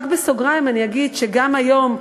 רק בסוגריים אני אגיד שגם היום,